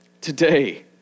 today